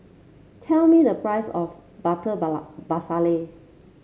tell me the price of Butter Masala